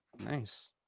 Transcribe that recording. Nice